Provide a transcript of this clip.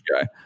guy